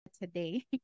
today